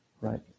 Right